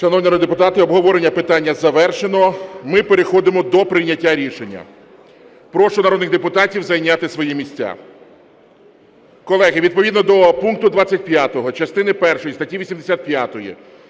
Шановні народні депутати, обговорення питання завершено. Ми переходимо до прийняття рішення. Прошу народних депутатів зайняти свої місця. Колеги, відповідно до пункту 25 частини першої статті 85,